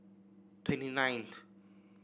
twenty nineth